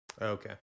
Okay